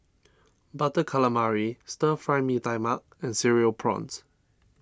Butter Calamari Stir Fry Mee Tai Mak and Cereal Prawns